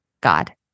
God